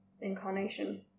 incarnation